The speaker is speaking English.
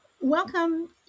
Welcome